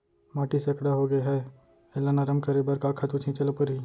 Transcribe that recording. माटी सैकड़ा होगे है एला नरम करे बर का खातू छिंचे ल परहि?